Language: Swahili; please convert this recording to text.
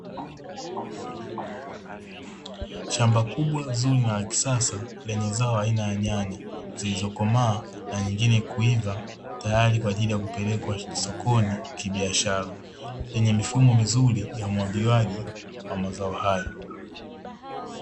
Shamba kubwa zuri na la kisasa lenye zao aina ya nyanya, zilizokomaa na nyingine kuiva tayari kwa ajili ya kupelekwa sokoni kibiashara, lenye mifumo mizuri ya umwagiliaji wa mazao hayo.